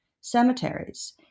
cemeteries